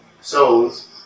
souls